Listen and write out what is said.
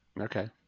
Okay